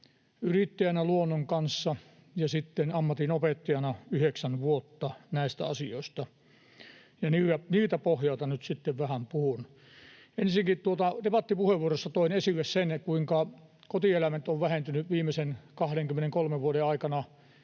yrittäjänä luonnon kanssa ja sitten ammatinopettajana yhdeksän vuotta näissä asioissa. Siltä pohjalta nyt sitten vähän puhun. Ensinnäkin debattipuheenvuorossa toin esille sen, kuinka kotieläimet ovat vähentyneet viimeisen 23 vuoden aikana,